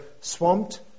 swamped